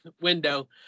window